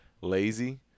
lazy